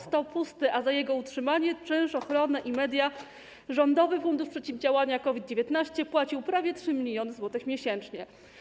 Stał pusty, a za jego utrzymanie, czynsz, ochronę i media rządowy Fundusz Przeciwdziałania COVID-19 płacił prawie 3 mln zł miesięcznie.